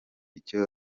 icyo